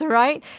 right